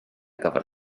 gyfer